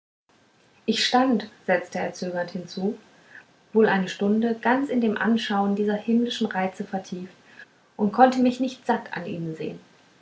ich stand setzte er zögernd hinzu wohl eine stunde ganz in dem anschauen dieser himmlischen reize vertieft und konnte mich nicht satt an ihnen sehen